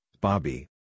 Bobby